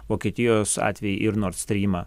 vokietijos atvejį ir nordstrymą